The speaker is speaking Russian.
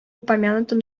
упомянутом